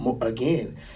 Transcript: again